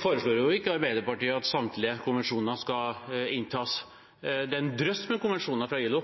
foreslår jo ikke Arbeiderpartiet at samtlige konvensjoner skal inntas. Det er en drøss med konvensjoner fra ILO,